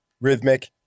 rhythmic